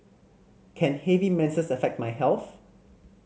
can heavy menses affect my health